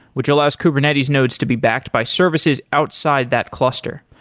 which allows kubernetes nodes to be backed by services outside that cluster.